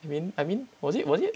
I mean I mean was it was it